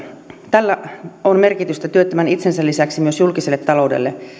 tällä on merkitystä työttömän itsensä lisäksi myös julkiselle taloudelle